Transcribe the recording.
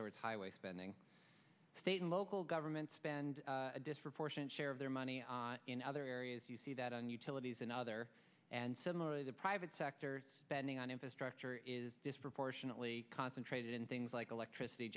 towards highway spending state and local governments spend a disproportionate share of their money in other areas you see that on utilities and other and similarly the private sector spending on infrastructure is disproportionately concentrated in things like electricity